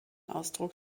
ausdruck